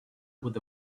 with